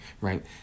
right